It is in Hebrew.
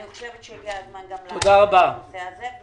אני חושבת שהגיע הזמן לעסוק גם בנושא הזה.